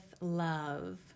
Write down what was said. love